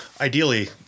Ideally